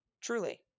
Truly